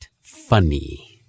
funny